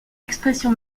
expression